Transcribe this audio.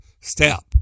step